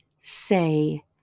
say